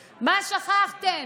שכחתם?